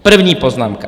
První poznámka.